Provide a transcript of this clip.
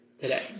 today